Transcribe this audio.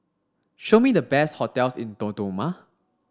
show me the best hotels in Dodoma